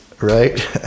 right